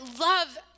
love